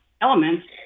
elements